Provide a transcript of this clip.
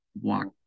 walk